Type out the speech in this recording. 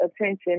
attention